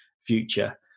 future